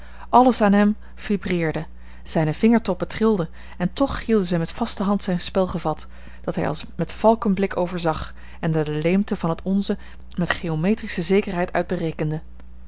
alles aan hem vibreerde zijne vingertoppen trilden en toch hielden zij met vaste hand zijn spel gevat dat hij als met valkenblik overzag en er de leemte van het onze met geometrische zekerheid uit